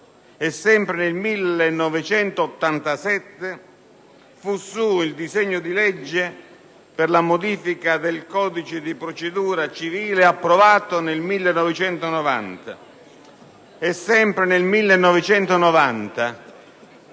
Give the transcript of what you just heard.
e, sempre nel 1987, fu suo il disegno di legge per la modifica del codice di procedura civile approvato nel 1990. Sempre nel 1990